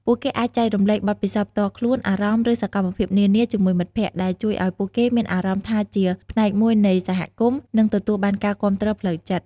ពួកគេអាចចែករំលែកបទពិសោធន៍ផ្ទាល់ខ្លួន អារម្មណ៍ ឬសកម្មភាពនានាជាមួយមិត្តភក្តិ ដែលជួយឱ្យពួកគេមានអារម្មណ៍ថាជាផ្នែកមួយនៃសហគមន៍ និងទទួលបានការគាំទ្រផ្លូវចិត្ត។